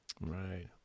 Right